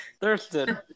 Thurston